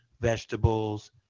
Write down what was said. vegetables